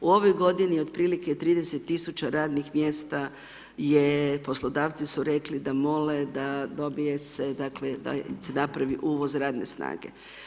U ovoj godini otprilike 30000 radnih mjesta je, poslodavci su rekli da mole da dobije se, dakle, da im se napravi uvoz radne snage.